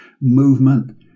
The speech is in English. movement